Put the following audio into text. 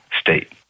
state